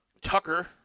Tucker